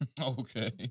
Okay